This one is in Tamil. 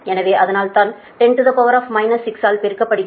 எனவே அதனால்தான் 10 6ஆல் பெருக்கப்படுகிறது